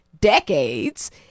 decades